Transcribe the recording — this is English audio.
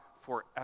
forever